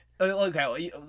Okay